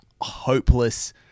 hopeless